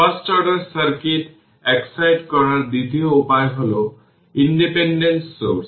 first order circuit excite করার দ্বিতীয় উপায় হল ইন্ডিপেন্ডেন্ট সোর্স